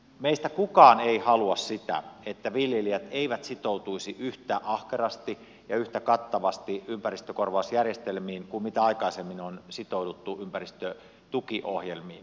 meistä kukaan ei halua sitä että viljelijät eivät sitoutuisi yhtä ahkerasti ja yhtä kattavasti ympäristökorvausjärjestelmiin kuin mitä aikaisemmin on sitouduttu ympäristötukiohjelmiin